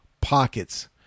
pockets